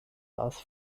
lars